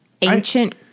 ancient